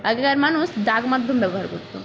আগেকার মানুষ ডাক মাধ্যম ব্যবহার করত